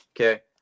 okay